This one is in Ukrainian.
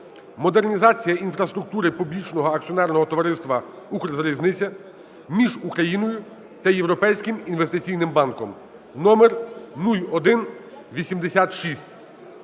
(Модернізація інфраструктури Публічного акціонерного товариства "Укрзалізниця") між Україною та Європейським інвестиційним банком (№0186)